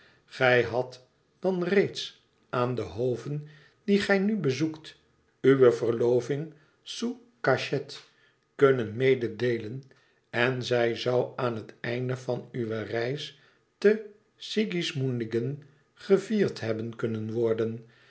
gij hadt dan reeds aan de hoven die gij nu bezoekt uwe verloving sous cachet kunnen mededeelen en zij zoû aan het einde van uwe reis te sigismundingen gevierd hebben kunnen worden